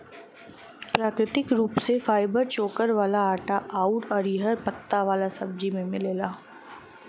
प्राकृतिक रूप से फाइबर चोकर वाला आटा आउर हरिहर पत्ता वाला सब्जी में मिलेला